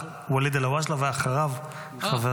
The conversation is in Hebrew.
ואליד אלהואשלה, ואחריו חבר